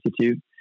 Institute